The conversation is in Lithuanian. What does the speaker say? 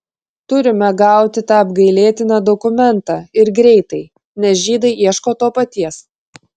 turime gauti tą apgailėtiną dokumentą ir greitai nes žydai ieško to paties